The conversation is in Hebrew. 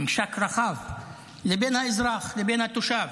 ממשק רחב, לבין האזרח, לבין התושב,